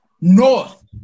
North